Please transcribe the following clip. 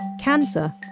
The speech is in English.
Cancer